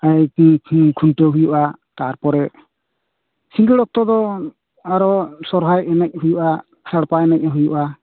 ᱮᱭ ᱠᱷᱩᱱᱴᱟᱹᱣ ᱦᱩᱭᱩᱜ ᱟ ᱛᱟᱨᱯᱚᱨᱮ ᱥᱤᱝᱜᱟᱹᱲ ᱚᱠᱛᱚ ᱫᱚ ᱟᱨᱚ ᱥᱚᱨᱦᱟᱭ ᱮᱱᱮᱡ ᱦᱩᱭᱩᱜ ᱟ ᱥᱟᱲᱯᱟ ᱮᱱᱮᱡ ᱦᱩᱭᱩᱜ ᱟ